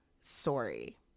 Sorry